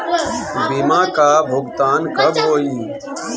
बीमा का भुगतान कब होइ?